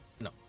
No